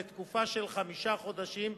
לתקופה של חמישה חודשים,